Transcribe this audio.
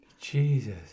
Jesus